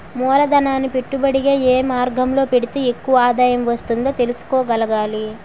మూలధనాన్ని పెట్టుబడిగా ఏ మార్గంలో పెడితే ఎక్కువ ఆదాయం వస్తుందో తెలుసుకోగలగాలి